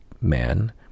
man